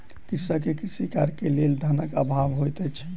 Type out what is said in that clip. कृषक के कृषि कार्य के लेल धनक अभाव होइत अछि